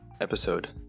episode